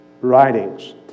writings